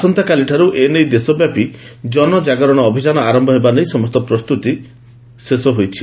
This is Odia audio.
ଆସନ୍ତାକାଲିଠାରୁ ଏ ନେଇ ଦେଶବ୍ୟାପୀ ଜନଜାଗରଣ ଅଭିଯାନ ଆରମ୍ଭ ହେବା ନେଇ ସମସ୍ତ ପ୍ରସ୍ତୁତି ଶେଷ ହୋଇଛି